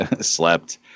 slept